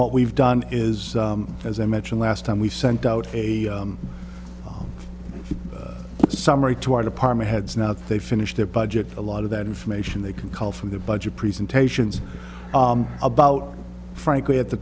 what we've done is as i mentioned last time we sent out a summary to our department heads now that they finish their budget a lot of that information they can call from the budget presentations about frankly at the